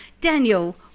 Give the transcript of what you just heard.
Daniel